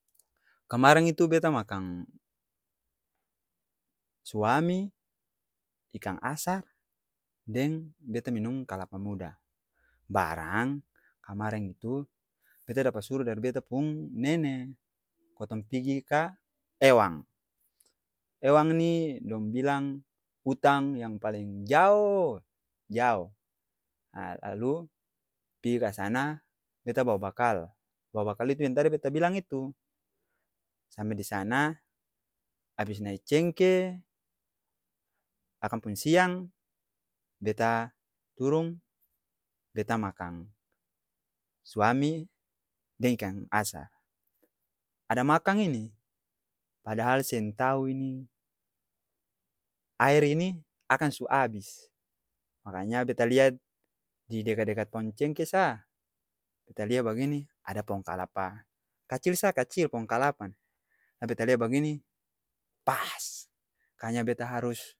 kamareng itu beta makaang suami, ikang asar, deng beta minong kalapa muda, baraang, kamareng itu, beta dapa suru dari beta puung nene, kotong pigi kaa ewang. Ewang'ni dong bilang utang yang paleng jaooo jao ha lalu pi'i kasana, beta bawa bakal, bawa bakal itu yang tadi beta bilang itu sampe disana, abis nai cengke, akang pung siang, beta turung, beta makang, suami, deng ikang asar. Ada makang ini padahal seng tau ini, aer ini, akang su abis, makanya beta liat, di dekat-dekat po'n cengke saa beta lia bagini, ada po'ng kalapa kacil sa kacil po'ng kalapa ni, la beta lia bagini, pass kay' nya beta harus,